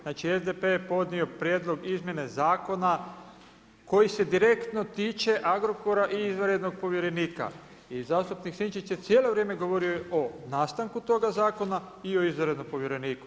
Znači, SDP je podnio prijedlog izmjene zakona koji se direktno tiče Agrokora i izvanrednog povjerenika i zastupnik Sinčić je cijelo vrijeme govorio o nastanku toga zakona i o izvanrednom povjereniku.